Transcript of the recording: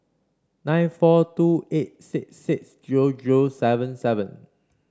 nine four two eight six six zero zero seven seven